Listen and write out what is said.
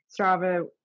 Strava